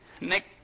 Nick